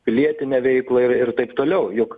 pilietinę veiklą ir ir taip toliau juk